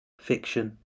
fiction